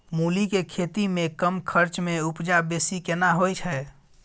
मूली के खेती में कम खर्च में उपजा बेसी केना होय है?